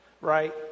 right